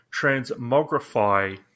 transmogrify